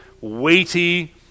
weighty